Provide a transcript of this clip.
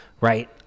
right